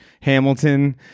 Hamilton